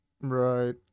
Right